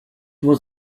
was